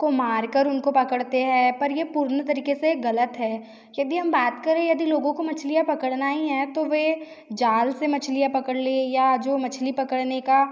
को मार कर उनको पकड़ते हैं पर ये पूर्ण तरीक़े से ग़लत है यदि हम बात करें यदि लोगों को मछलियाँ पकड़ना ही है तो वे जाल से मछलियाँ पकड़ ले या जो मछली पकड़ने का